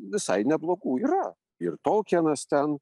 visai neblogų yra ir tolkenas ten